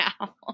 now